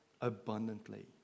abundantly